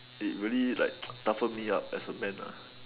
it really like toughen me up as a man lah